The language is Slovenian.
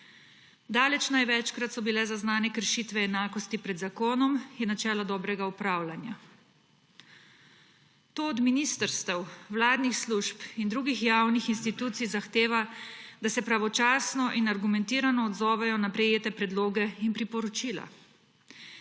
Daleč največkrat so bile zaznane kršitve enakosti pred zakonom in načela dobrega upravljanja. To od ministrstev, vladnih služb in drugih javnih institucij zahteva, da se pravočasno in argumentirano odzovejo na prejete predloge in priporočila.